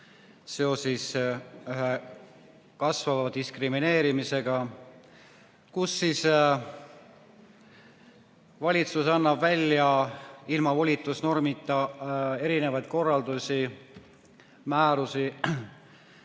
seoses üha kasvava diskrimineerimisega, kus valitsus annab välja ilma volitusnormita erinevaid korraldusi ja määrusi.